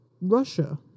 Russia